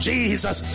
Jesus